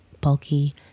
bulky